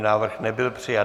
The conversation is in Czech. Návrh nebyl přijat.